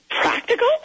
practical